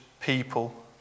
people